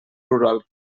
rural